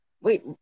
Wait